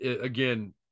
Again